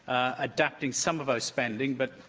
adapting some of our spending, but